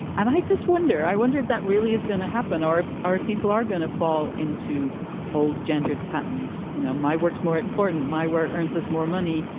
and i just wonder i wonder if that really is going to happen or are if people are going to fall into old gendered patterns. you know, my work's more important. my work earns us more money.